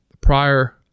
prior